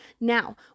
now